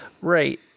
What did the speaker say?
Right